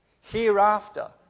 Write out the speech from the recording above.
hereafter